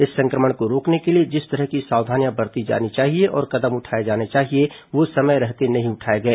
इस संक्रमण को रोकने के लिए जिस तरह की सावधानियां बरती जानी चाहिए और कदम उठाए जाने चाहिए वो समय रहते नहीं उठाए गए